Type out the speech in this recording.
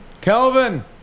Kelvin